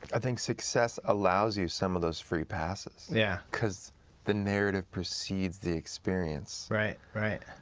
i think success allows you some of those free passes, yeah because the narrative precedes the experience. right, right.